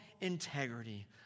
integrity